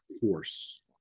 force